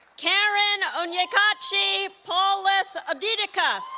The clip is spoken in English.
karen onyekachi paulys odidika